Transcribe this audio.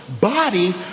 body